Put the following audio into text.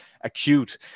acute